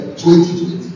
2020